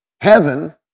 Heaven